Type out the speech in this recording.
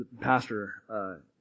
pastor